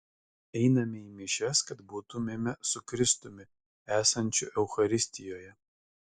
einame į mišias kad būtumėme su kristumi esančiu eucharistijoje